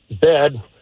bed